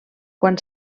quan